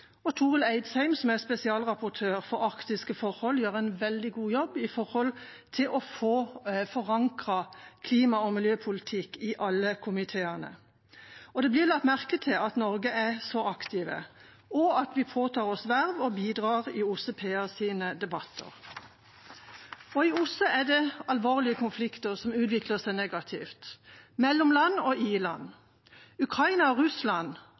og Torill Eidsheim, som er spesialrapportør for arktiske forhold, gjør en veldig god jobb når det gjelder å få forankret klima- og miljøpolitikk i alle komiteene. Og det blir lagt merke til at Norge er så aktive, og at vi påtar oss verv og bidrar i OSSE PA sine debatter. I OSSE er det alvorlige konflikter som utvikler seg negativt, både mellom land og i land: Ukraina og Russland